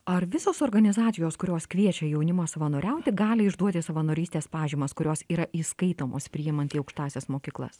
ar visos organizacijos kurios kviečia jaunimą savanoriauti gali išduoti savanorystės pažymas kurios yra įskaitomos priimant į aukštąsias mokyklas